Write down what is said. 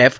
F